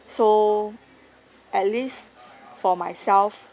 so at least for myself